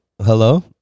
hello